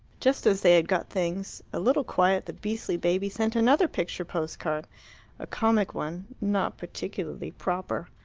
just as they had got things a little quiet the beastly baby sent another picture post-card a comic one, not particularly proper.